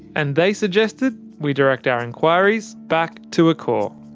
and they suggested we direct our enquiries back to accor.